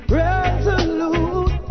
resolute